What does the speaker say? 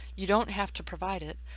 you don't have to provide it.